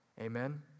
Amen